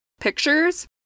pictures